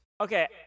Okay